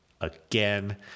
again